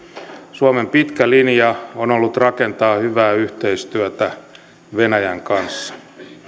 suomen pitkä linja on ollut rakentaa hyvää yhteistyötä venäjän kanssa